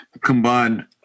combined